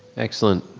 excellent,